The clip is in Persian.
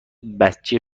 بچه